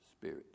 spirit